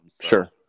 Sure